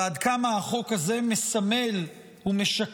ועד כמה החוק הזה מסמל ומשקף